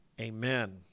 Amen